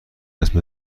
اسم